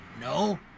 No